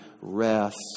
rest